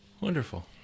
Wonderful